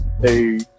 hey